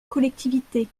collectivité